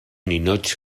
ninots